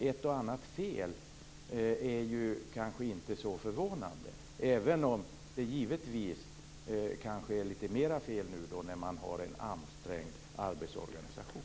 Ett och annat fel är kanske inte så förvånande, även om det kanske är fler fel nu när man har en ansträngd arbetsorganisation.